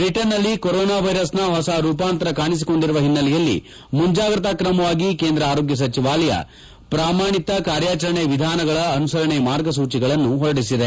ಬ್ರಿಟನ್ನಲ್ಲಿ ಕೊರೋನಾ ವೈರಸ್ನ ಹೊಸ ರೂಪಾಂತರ ಕಾಣಿಸಿಕೊಂಡಿರುವ ಹಿನ್ನೆಲೆಯಲ್ಲಿ ಮುಂಜಾಗ್ರತಾ ಕ್ರಮವಾಗಿ ಕೇಂದ್ರ ಆರೋಗ್ಯ ಸಚಿವಾಲಯ ಪ್ರಮಾಣಿತ ಕಾರ್ಯಾಚರಣೆ ವಿಧಾನಗಳ ಅನುಸರಣೆ ಮಾರ್ಗಸೂಚಿಗಳನ್ನು ಹೊರಡಿಸಿದೆ